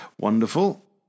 Wonderful